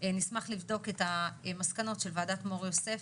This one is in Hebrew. נשמח לבדוק את המסקנות של וועדת "מור יוסף",